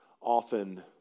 often